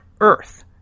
Earth